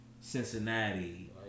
Cincinnati